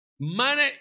money